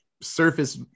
surface